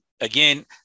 again